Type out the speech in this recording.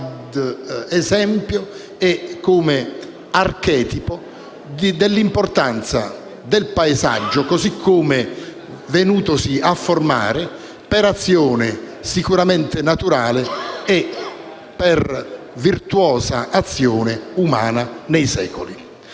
esempio e come archetipo dell'importanza del paesaggio così come venutosi a formare per azione naturale e per virtuosa azione umana nei secoli.